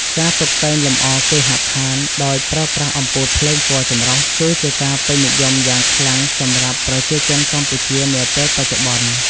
ការតុបតែងលម្អគេហដ្ឋានដោយប្រើប្រាស់អំពូលភ្លើងពណ៌ចម្រុះ គឺជាការពេញនិយមយ៉ាងខ្លាំងសម្រាប់ប្រជាជនកម្ពុជានាពេលបច្ចុប្បន្ន។